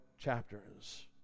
chapters